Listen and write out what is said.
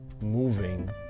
moving